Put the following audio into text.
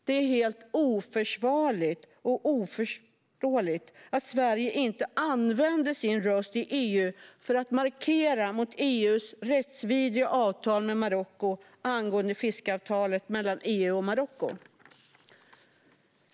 Det är helt oförsvarligt och oförståeligt att Sverige inte använder sin röst i EU för att markera mot EU:s rättsvidriga fiskeavtal med Marocko.